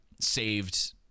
saved